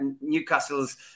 Newcastle's